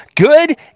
Good